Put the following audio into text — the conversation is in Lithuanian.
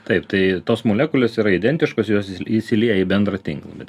taip tai tos molekulės yra identiškos jos įsilieja į bendrą tinklą bet